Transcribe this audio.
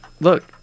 look